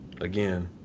Again